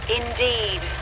Indeed